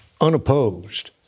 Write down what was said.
unopposed